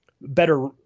better